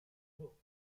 nhw